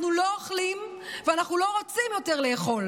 אנחנו לא אוכלים ואנחנו לא רוצים יותר לאכול